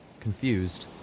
confused